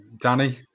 Danny